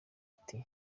ati